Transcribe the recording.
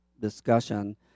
discussion